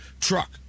truck